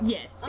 Yes